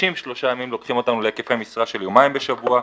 60 שלושה ימים לוקחים אותנו להיקפי משרה של יומיים בשבוע,